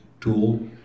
tool